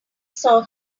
saw